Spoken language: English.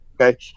Okay